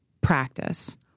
practice